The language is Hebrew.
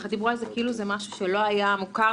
דיברו על זה כאילו זה משהו שלא היה מוכר.